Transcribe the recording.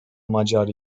macar